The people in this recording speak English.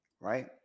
right